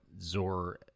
Zor